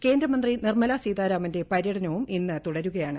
കേന്ദ്രമന്ത്രി നിർമല സീതാരാമന്റെ പര്യടനവും ഇന്ന് തുടരുകയാണ്